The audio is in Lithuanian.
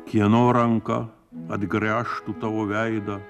kieno ranka atgręžtų tavo veidą